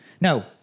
No